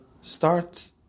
Start